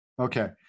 Okay